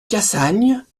cassagne